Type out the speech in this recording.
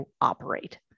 operate